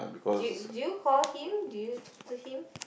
do do you call him do you talk to him